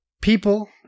people –